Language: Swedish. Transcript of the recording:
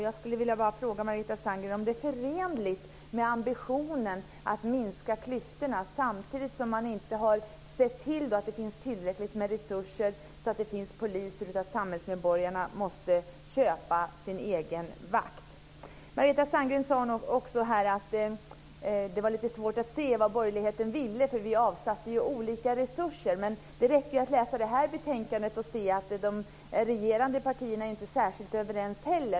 Jag vill bara fråga Margareta Sandgren om det är förenligt med ambitionen att minska klyftorna, samtidigt som man inte har sett till att det finns tillräckligt med resurser så att det finns poliser, utan samhällsmedborgarna måste köpa sin egen vakt. Margareta Sandgren sade också att det är lite svårt att se vad borgerligheten vill därför att vi avsätter olika mycket resurser. Men det räcker ju att läsa det här betänkandet för att se att inte heller de regerande partierna är särskilt överens.